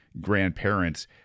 grandparents